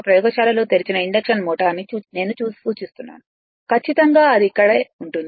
ప్రయోగశాలలో తెరిచిన induction motor ని నేను సూచిస్తున్నాను ఖచ్చితంగా అది అక్కడే ఉంటుంది